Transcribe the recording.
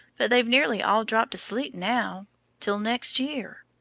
but they've nearly all dropped asleep now till next year.